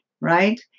right